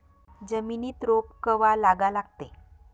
जमिनीत रोप कवा लागा लागते?